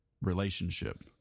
relationship